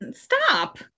stop